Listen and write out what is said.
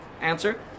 answer